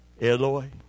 Eloi